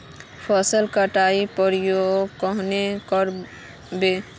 फसल कटाई प्रयोग कन्हे कर बो?